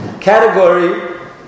category